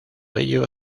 ello